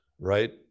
right